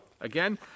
again